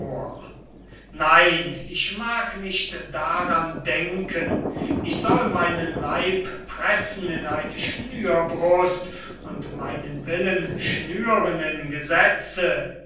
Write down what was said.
nein ich mag nicht daran denken ich soll meinen leib pressen in eine schnürbrust und meinen willen schnüren in gesetze